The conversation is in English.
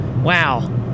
Wow